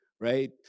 right